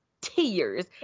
tears